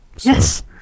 Yes